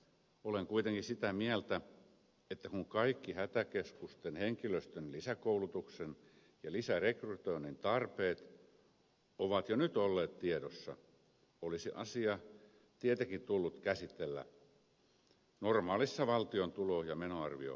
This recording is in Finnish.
olen kuitenkin sitä mieltä että kun kaikki hätäkeskusten henkilöstön lisäkoulutuksen ja lisärekrytoinnin tarpeet ovat jo nyt olleet tiedossa olisi asia tietenkin tullut käsitellä normaalissa valtion tulo ja menoarviokäsittelyssä